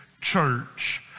Church